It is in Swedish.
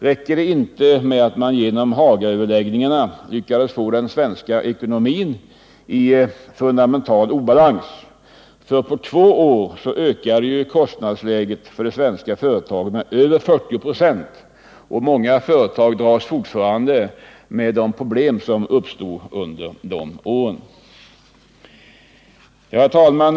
Räcker det inte med att man genom Hagaöverläggningarna lyckades få den svenska ekonomin i fundamental obalans? På två år höjdes kostnadsläget för de svenska företagen med över 40 ”., och många företag dras fortfarande med de problem som uppstod under de åren. Herr talman!